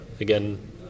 again